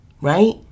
right